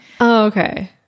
Okay